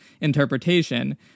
interpretation